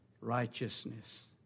righteousness